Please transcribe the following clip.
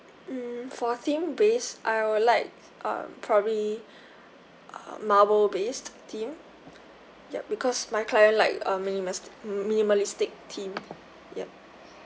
mm for theme base I would like um probably um marble based theme yup because my client like a minimas~ minimalistic theme yup